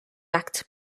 act